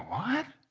what?